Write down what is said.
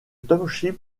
township